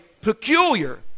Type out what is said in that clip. peculiar